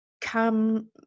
Come